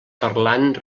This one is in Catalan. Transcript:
parlant